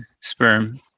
sperm